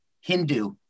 Hindu